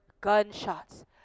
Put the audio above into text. gunshots